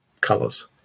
colors